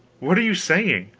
what are you saying?